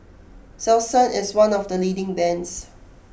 Selsun is one of the leading bands